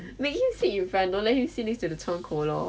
make him sit in front don't let him sit next to the 窗口 lor